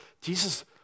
Jesus